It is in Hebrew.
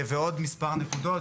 ועוד מספר נקודות,